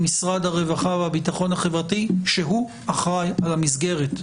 משרד הרווחה והביטחון החברתי שהוא אחראי על המסגרת.